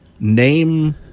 Name